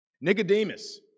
Nicodemus